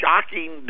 shocking